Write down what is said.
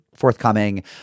Forthcoming